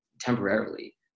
temporarily